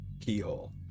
keyhole